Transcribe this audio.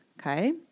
Okay